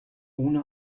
ohne